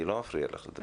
אני לא מפריע לך לדבר.